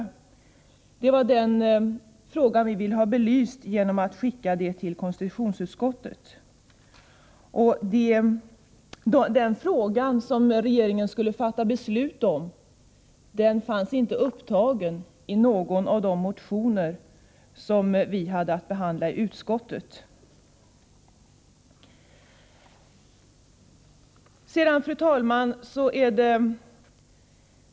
Det var denna fråga vi ville ha belyst genom att skicka detta till konstitutionsutskottet. Den fråga som regeringen skulle fatta beslut om fanns inte upptagen i någon av de motioner som vi hade att behandla i utskottet. Fru talman!